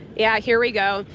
yeah here we go.